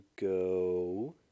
go